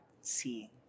seeing